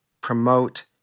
promote